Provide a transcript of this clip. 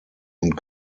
und